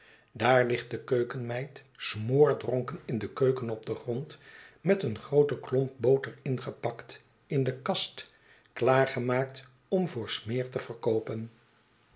daar ligt de keukenmeid smoordronken in de keuken op den grond met een grooten klomp boter ingepakt in j e kast klaargemaakt om voor smeer te verkoopen